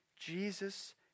Jesus